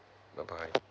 bye bye